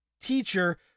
teacher